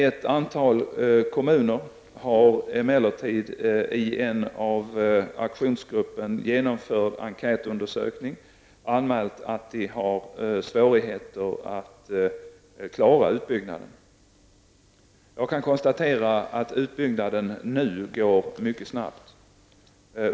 Ett antal kommuner har emellertid i en av aktionsgruppen genomförd enkätundersökning anmält att de har svårigheter att klara utbyggnaden. Jag kan konstatera att utbyggnaden nu går mycket snabbt.